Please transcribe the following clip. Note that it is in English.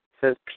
says